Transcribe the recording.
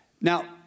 Now